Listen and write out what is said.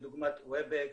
כדוגמת וובקס,